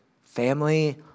family